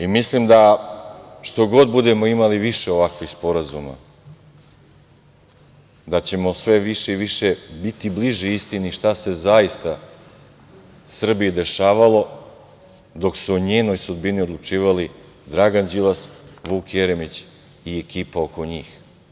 I mislim da šta god budemo imali više ovakvih sporazuma, da ćemo sve više i više biti bliži istini šta se zaista Srbiji dešavalo dok su o njenoj sudbini odlučivali Dragan Đilas, Vuk Jeremić i ekipa oko njih.